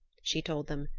she told them.